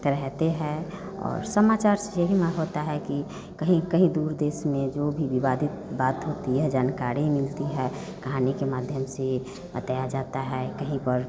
रहते हैं और समाचार से ही यही न होता है कि कहीं कहीं दूर देश में जो भी विवादित बात होती है जानकारी मिलती है कहानी के माध्यम से बताया जाता है कहीं पर